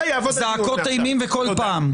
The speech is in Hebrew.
זעקות אימים וכל פעם.